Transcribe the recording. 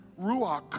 Ruach